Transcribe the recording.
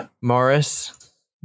Morris